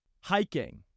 Hiking